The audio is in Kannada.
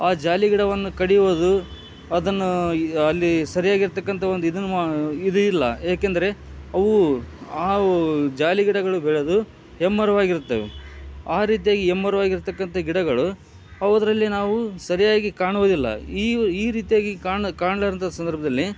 ಆ ಜಾಲಿ ಗಿಡವನ್ನು ಕಡಿಯೋದು ಅದನ್ನು ಅಲ್ಲಿ ಸರಿಯಾಗಿರತಕ್ಕಂಥ ಒಂದು ಇದನ್ನು ಮಾ ಇದು ಇಲ್ಲ ಏಕೆಂದರೆ ಅವು ಆ ಜಾಲಿಗಿಡಗಳು ಬೆಳೆದು ಹೆಮ್ಮರವಾಗಿರುತ್ತವೆ ಆ ರೀತಿಯಾಗಿ ಹೆಮ್ಮರವಾಗಿರ್ತಕ್ಕಂತ ಗಿಡಗಳು ಅವದ್ರಲ್ಲಿ ನಾವು ಸರಿಯಾಗಿ ಕಾಣುವುದಿಲ್ಲ ಈ ಈ ರೀತಿಯಾಗಿ ಕಾಣ ಕಾಣಲಾರ್ದಂಥ ಸಂದರ್ಭದಲ್ಲಿ